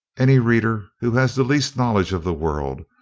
any reader who has the least knowledge of the world,